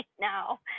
now